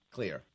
clear